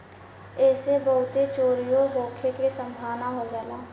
ऐइसे बहुते चोरीओ होखे के सम्भावना हो जाला